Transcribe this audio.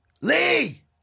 Lee